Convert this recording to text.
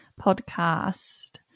Podcast